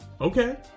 Okay